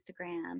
Instagram